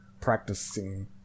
practicing